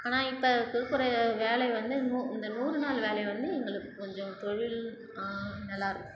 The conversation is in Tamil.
ஆனால் இப்போ கொடுக்குற வேலை வந்து நூ இந்த நூறு நாளு வேலையை வந்து எங்களுக்கு கொஞ்சம் தொழில் நல்லாயிருக்குது